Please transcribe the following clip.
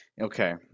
okay